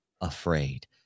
afraid